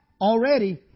already